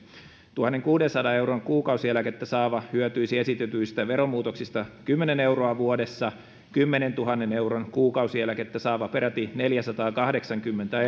tuhannenkuudensadan euron kuukausieläkettä saava hyötyisi esitetyistä veromuutoksista kymmenen euroa vuodessa kymmenentuhannen euron kuukausieläkettä saava peräti neljäsataakahdeksankymmentä